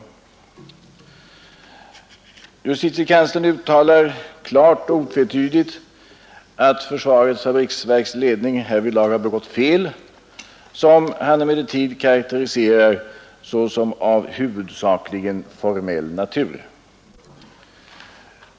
Justitiekanslern uttalar klart och otvetydigt att FFV:s ledning härvidlag har begått fel, som han emellertid karakteriserar såsom av huvudsakligen formell natur.